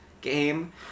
game